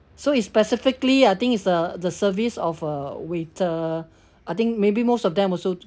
so it's specifically I think is uh the service of a waiter I think maybe most of them also